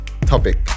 topic